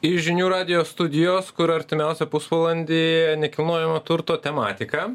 iš žinių radijo studijos kur artimiausią pusvalandį nekilnojamo turto tematika